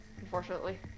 Unfortunately